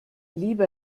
lieber